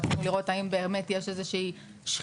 רצינו לראות האם יש באמת איזושהי שחיקה.